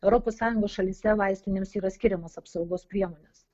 europos sąjungos šalyse vaistinėms yra skiriamos apsaugos priemonės